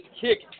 kick